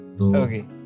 okay